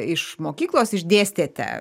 iš mokyklos išdėstėte